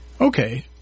Okay